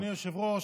אדוני היושב-ראש,